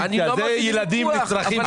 אלה ילדים עם צרכים מיוחדים.